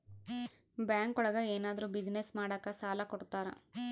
bank ಒಳಗ ಏನಾದ್ರೂ business ಮಾಡಾಕ ಸಾಲ ಕೊಡ್ತಾರ